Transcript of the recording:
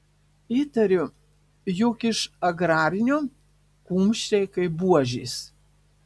įtariu jog iš agrarinio kumščiai kaip buožės